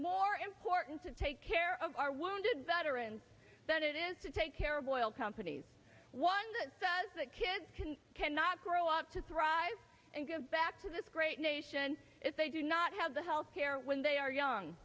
more important to take care of our wounded veterans that it is to take care of oil companies one that does that kids can cannot grow up to thrive and go back to this great nation if they do not have the health care when they are young